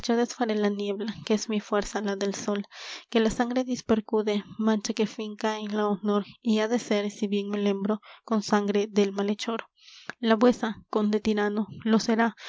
la niebla que es mi fuerza la del sol que la sangre dispercude mancha que finca en la honor y ha de ser si bien me lembro con sangre del malhechor la vuesa conde tirano lo será